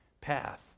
path